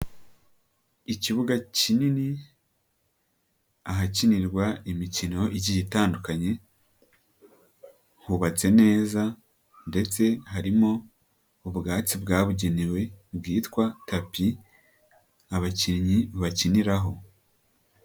Ikibuga kinini ahakinirwa imikino igiye itandukanye hubatse neza ndetse harimo ubwatsi bwabugenewe bwitwa tapi abakinnyi bakiniraho.